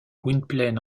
gwynplaine